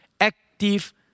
active